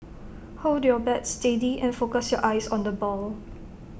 hold your bat steady and focus your eyes on the ball